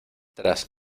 tras